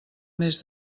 més